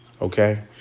Okay